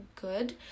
good